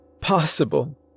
possible